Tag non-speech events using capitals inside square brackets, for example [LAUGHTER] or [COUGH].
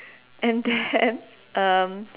and then [LAUGHS] um